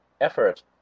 effort